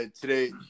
today